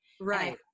Right